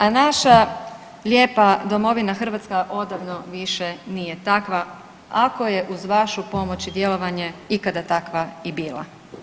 A naša lijepa domovina Hrvatska odavno više nije takva, ako je uz vašu pomoć i djelovanje ikada takva i bila.